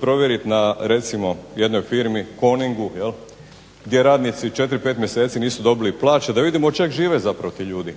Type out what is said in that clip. provjeriti na recimo jednoj firmi, Coningu jel, gdje radnici 4, 5 mjeseci nisu dobili plaće, da vidimo od čeg žive zapravo ti ljudi,